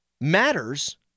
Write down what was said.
matters